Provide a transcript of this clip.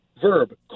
Verb